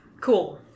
Cool